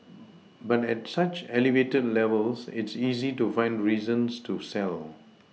but at such elevated levels it's easy to find reasons to sell